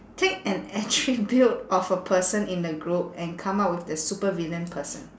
take an attribute of a person in the globe and come up with the supervillain person